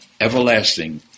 everlasting